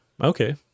okay